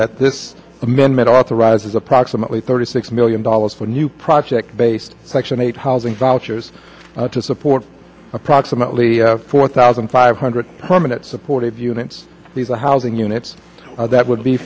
that this amendment authorizes approximately thirty six million dollars for a new project based section eight housing vouchers to support approximately four thousand five hundred permanent supportive units these are housing units that would be